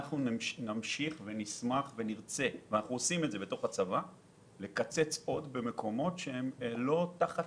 אנחנו נמשיך ונשמח לקצץ במקומות שאינם תחת